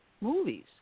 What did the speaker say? movies